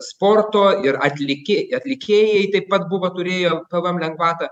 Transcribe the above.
sporto ir atlikė atlikėjai taip pat buvo turėjo pvm lengvatą